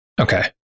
Okay